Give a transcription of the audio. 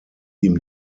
ihm